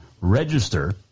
register